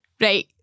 Right